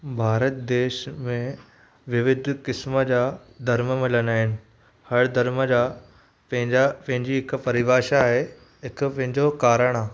भारत देश में विविध क़िस्म जा धर्म मिलंदा आहिनि हर धर्म जा पंहिंजा पंहिंजी हिकु परिभाषा आहे हिकु पंहिंजो कारणु आहे